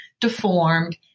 deformed